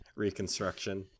Reconstruction